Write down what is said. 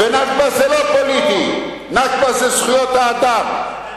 "נכבה" זה זכויות האדם,